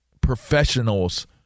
professionals